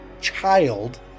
child